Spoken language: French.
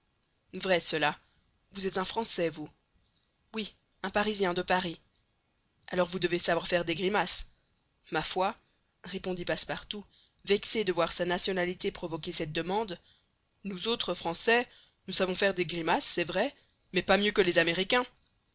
vrai cela vous êtes un français vous oui un parisien de paris alors vous devez savoir faire des grimaces ma foi répondit passepartout vexé de voir sa nationalité provoquer cette demande nous autres français nous savons faire des grimaces c'est vrai mais pas mieux que les américains